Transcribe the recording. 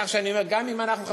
כך שאני אומר שגם אם אנחנו,